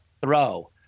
throw